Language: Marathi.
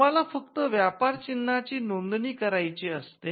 तुम्हाला फक्त व्यापार चिन्हाची नोंदणी करावयाची असते